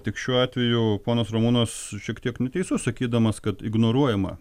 tik šiuo atveju ponas ramūnas šiek tiek neteisus sakydamas kad ignoruojama